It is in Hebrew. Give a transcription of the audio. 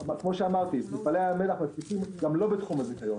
כאמור, מפעלי ים המלח מפיקים גם לא בתחום הזיכיון.